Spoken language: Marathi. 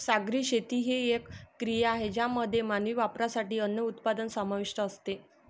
सागरी शेती ही एक क्रिया आहे ज्यामध्ये मानवी वापरासाठी अन्न उत्पादन समाविष्ट असते